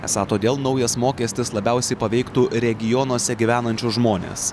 esą todėl naujas mokestis labiausiai paveiktų regionuose gyvenančius žmones